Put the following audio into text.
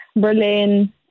Berlin